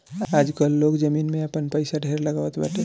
आजकाल लोग जमीन में आपन पईसा ढेर लगावत बाटे